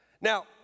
Now